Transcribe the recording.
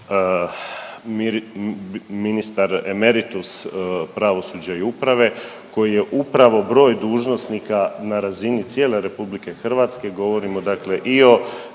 ministar emeritus pravosuđa i uprave koji je upravo broj dužnosnika na razini cijele RH, govorimo i o